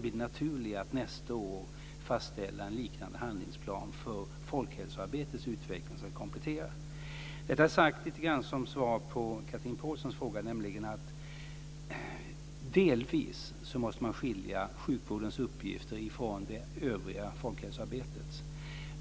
blir det naturligare att nästa år fastställa en liknande handlingsplan för folkhälsoarbetets utveckling som en komplettering. Detta sagt lite grann som ett svar på Chatrine Pålssons fråga. Delvis måste man skilja sjukvårdens uppgifter från det övriga folkhälsoarbetet.